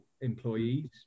employees